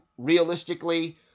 realistically